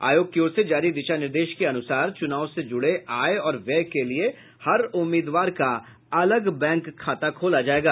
आयोग की ओर से जारी दिशा निर्देश के अनुसार चुनाव से जुड़े आय और व्यय के लिए हर उम्मीदवार का अलग बैंक खाता खोला जायेगा